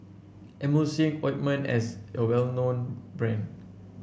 Emulsying Ointment is a well known brand